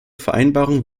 vereinbarung